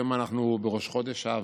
היום אנחנו בראש חודש אב.